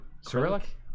Cyrillic